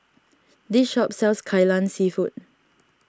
this shop sells Kai Lan Seafood